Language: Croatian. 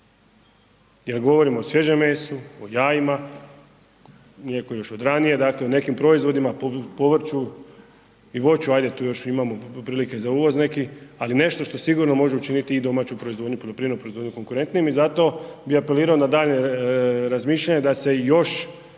jer govorimo o svježem mesu, o jajima, mlijeko još od ranije dakle o nekim proizvodima povrću i voću, ajde tu imamo prilike za uvoz neki, ali nešto što sigurno može učiniti i domaću proizvodnju poljoprivrednu proizvodnju konkurentnijim. I zato bi apelirao na daljnje razmišljanje da se ide